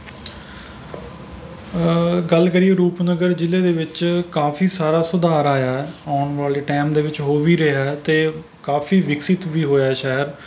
ਗੱਲ ਕਰੀਏ ਰੂਪਨਗਰ ਜ਼ਿਲ੍ਹੇ ਦੇ ਵਿੱਚ ਕਾਫੀ ਸਾਰਾ ਸੁਧਾਰ ਆਇਆ ਆਉਣ ਵਾਲੇ ਟਾਈਮ ਦੇ ਵਿੱਚ ਹੋ ਵੀ ਰਿਹਾ ਅਤੇ ਕਾਫੀ ਵਿਕਸਿਤ ਵੀ ਹੋਇਆ ਇਹ ਸ਼ਹਿਰ